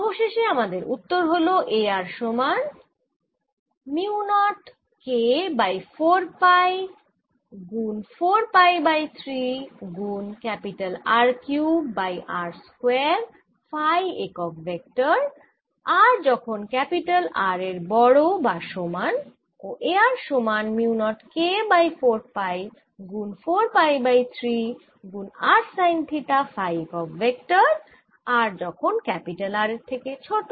অবশেষে আমাদের উত্তর হল A r সমান পাবো mu naught K by 4 pi 4 pi by 3 গুন R cube by r square phi একক ভেক্টর r যখন R এর সমান বা বড় ও A r সমান mu naught K by 4 pi 4 pi by 3 গুন r সাইন থিটা ফাই একক ভেক্টর r যখন R এর থেকে ছোট